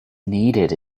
needed